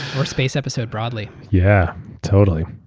or space episode broadly. yeah totally.